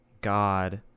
God